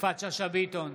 יפעת שאשא ביטון,